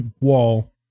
wall